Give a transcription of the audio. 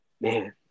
Man